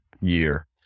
year